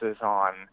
on